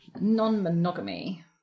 non-monogamy